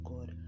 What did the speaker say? God